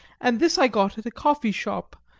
and this i got at a coffee-shop,